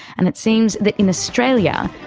and it seems that in australia,